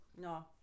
No